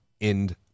end